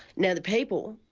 now the people,